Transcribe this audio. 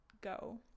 go